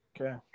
Okay